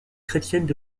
chrétiennes